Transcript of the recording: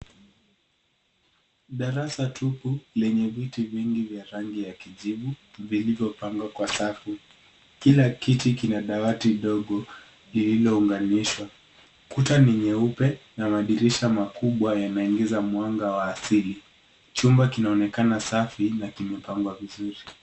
Darasa tupu, lenye viti vingi vya rangi ya kijivu, vilivyopangwa kwa safu. Kila kiti kina dawati dogo, lililounganishwa. Kuta ni nyeupe na madirisha makubwa yanaingiza mwanga wa asili. Chumba kinaonekana safi na kimepangwa vizuri.